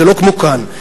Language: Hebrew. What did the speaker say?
זה לא כמו כאן,